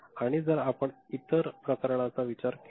आणि जर आपणइतर प्रकरणांचा विचार केला